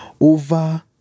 over